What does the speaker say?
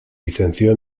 licenció